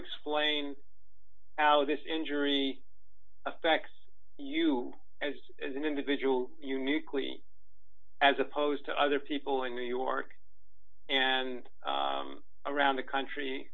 explain how this injury affects you as an individual uniquely as opposed to other people in new york and around the country